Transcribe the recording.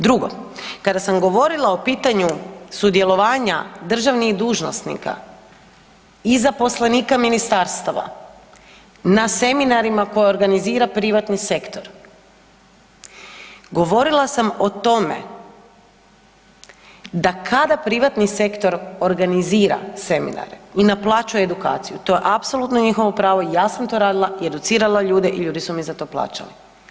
Drugo, kada sam govorila o pitanju sudjelovanja državnih dužnosnika i zaposlenika ministarstava na seminarima koje organizira privatni sektor govorila sam o tome da kada privatni sektor organizira seminare i naplaćuje edukaciju to je apsolutno njihovo pravo i ja sam to radila i educirala ljude i ljudi su mi za to plaćali.